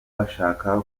bashaka